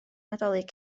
nadolig